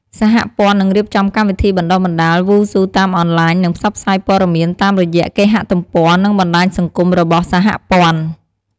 សហព័ន្ធនឹងរៀបចំកម្មវិធីបណ្ដុះបណ្ដាលវ៉ូស៊ូតាមអនឡាញនឹងផ្សព្វផ្សាយព័ត៌មានតាមរយៈគេហទំព័រ និងបណ្ដាញសង្គមរបស់សហព័ន្ធ។